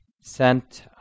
sent